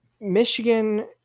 Michigan